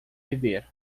viver